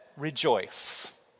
rejoice